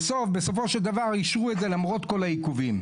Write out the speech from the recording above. בסופו של דבר אישרו את זה למרות כל העיכובים.